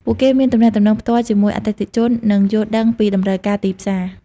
ពួកគេមានទំនាក់ទំនងផ្ទាល់ជាមួយអតិថិជន និងយល់ដឹងពីតម្រូវការទីផ្សារ។